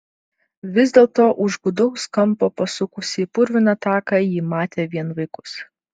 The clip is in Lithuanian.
vis dėlto už gūdaus kampo pasukusi į purviną taką ji matė vien vaikus